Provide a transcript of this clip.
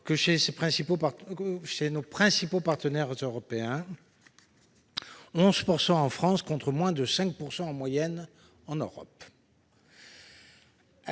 que chez nos principaux partenaires européens- son coût est de 11 % en France, contre moins de 5 % en moyenne en Europe.